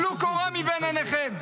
טלו קורה מבין עיניכם.